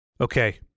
Okay